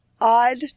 odd